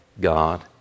God